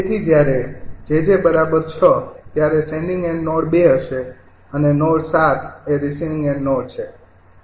તેથી જ્યારે 𝑗𝑗 ૬ ત્યારે સેંડિંગ એન્ડ નોડ ૨ હશે અને નોડ ૭ એ રિસીવિંગ એન્ડ નોડ છે